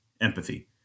empathy